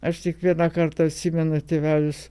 aš tik vieną kartą atsimenu tėvelis